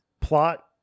plot